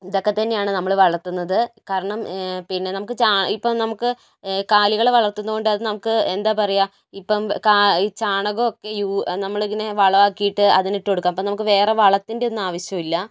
ഇതൊക്കെത്തന്നെയാണ് നമ്മൾ വളർത്തുന്നത് കാരണം പിന്നെ നമുക്ക് ഇപ്പോൾ നമുക്ക് കാലികളെ വളർത്തുന്നതുകൊണ്ട് അത് നമുക്ക് എന്താ പറയുക ഇപ്പോൾ ഈ ചാണകമൊക്കെ നമ്മളിങ്ങനെ വളമാക്കിയിട്ട് അതിന് ഇട്ടു കൊടുക്കുക അപ്പോൾ നമുക്ക് വേറെ വളത്തിൻ്റെ ഒന്നും ആവശ്യം ഇല്ല